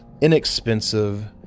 inexpensive